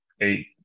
eight